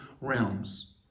realms